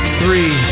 three